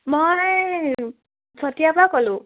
মই চতিয়াৰ পৰা ক'লোঁ